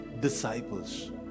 disciples